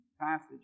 passage